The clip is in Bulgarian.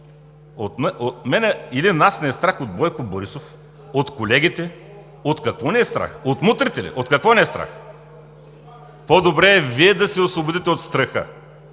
Мен или нас ни е страх от Бойко Борисов, от колегите?! От какво ни е страх – от мутрите ли? От какво ни е страх? По-добре Вие да се освободите от страха,